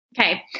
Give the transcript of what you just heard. Okay